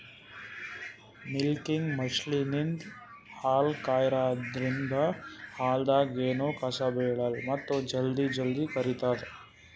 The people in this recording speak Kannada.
ಮಿಲ್ಕಿಂಗ್ ಮಷಿನ್ಲಿಂತ್ ಹಾಲ್ ಕರ್ಯಾದ್ರಿನ್ದ ಹಾಲ್ದಾಗ್ ಎನೂ ಕಸ ಬಿಳಲ್ಲ್ ಮತ್ತ್ ಜಲ್ದಿ ಜಲ್ದಿ ಕರಿತದ್